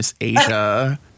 Asia